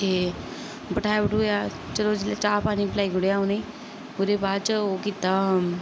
ते बठ्हाया बठुहाया चलो जेल्लै चाह् पानी पलाई छोड़ेआ उनेंगी ओहदे बाद च ओह् कीता